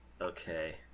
okay